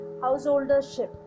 householdership